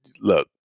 look